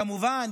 כמובן,